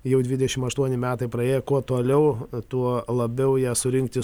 jau dvidešim aštuoni metai praėję kuo toliau tuo labiau ją surinkti